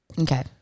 Okay